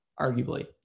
arguably